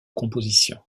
composition